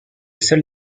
seul